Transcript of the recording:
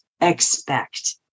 expect